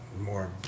more